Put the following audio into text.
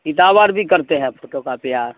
کتاب اور بھی کرتے ہیں فوٹو کاپی آپ